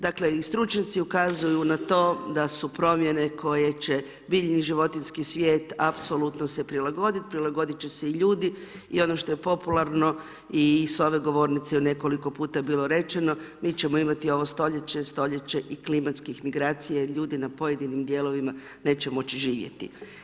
Dakle i stručnjaci ukazuju na to da su promjene koje će biljni i životinjskih svijet apsolutno se prilagoditi, prilagoditi će se i ljudi i ono što je popularno i s ove govornice je u nekoliko puta bilo rečeno, mi ćemo imati ovo stoljeće, stoljeće i klimatskih migracija i ljudi na pojedinim dijelovima neće moći živjeti.